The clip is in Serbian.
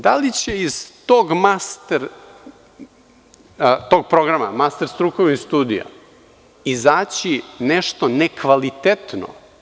Da li će iz tog master, tog programa master strukovnih studija izaći nešto nekvalitetno?